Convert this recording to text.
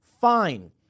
fine